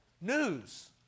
News